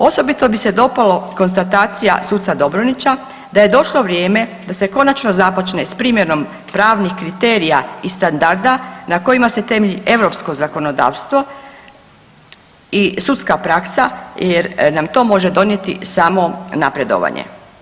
Osobito mi se dopala konstatacija suca Dobronića da je došlo vrijeme da se konačno započne s primjenom pravnih kriterija i standarda na kojima se temelji europsko zakonodavstvo i sudska praksa jer nam to može donijeti samo napredovanje.